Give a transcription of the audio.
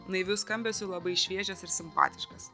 naiviu skambesiu labai šviežias ir simpatiškas